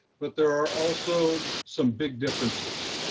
but there are also some big differences.